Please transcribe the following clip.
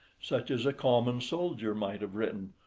such as a common soldier might have written,